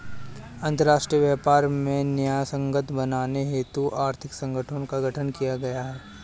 अंतरराष्ट्रीय व्यापार को न्यायसंगत बनाने हेतु आर्थिक संगठनों का गठन किया गया है